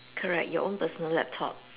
correct your own personal laptop